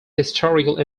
historical